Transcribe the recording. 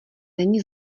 není